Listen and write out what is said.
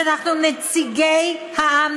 שאנחנו נציגי העם,